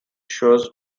shows